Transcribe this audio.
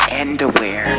underwear